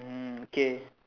mm okay